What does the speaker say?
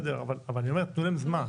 אבל אני אומר, תנו להם זמן.